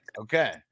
Okay